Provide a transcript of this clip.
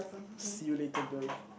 see you later Bil